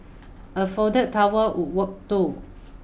a folded towel would work too